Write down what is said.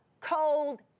cold